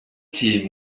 team